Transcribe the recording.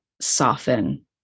soften